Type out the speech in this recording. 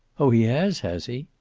oh, he has, has he?